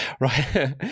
right